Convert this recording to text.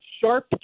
sharp